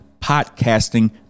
podcasting